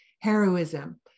heroism